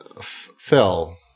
Phil